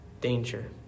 danger